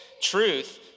Truth